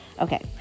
okay